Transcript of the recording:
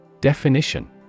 Definition